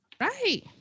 Right